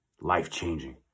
Life-changing